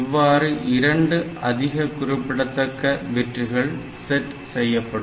இவ்வாறு 2 அதிக குறிப்பிடத்தக்க பிட்டுகள் செட் செய்யப்படும்